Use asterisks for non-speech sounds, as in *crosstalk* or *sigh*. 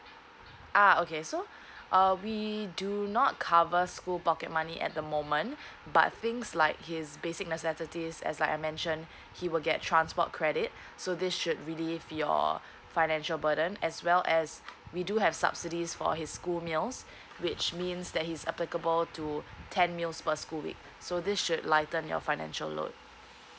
ah okay so uh we do not cover school pocket money at the moment but things like his basic necessities as like I mentioned he will get transport credit *breath* so this should relieve your financial burden as well as we do have subsidies for his school meals which means that he's applicable to ten meals per school week so this should lighten your financial load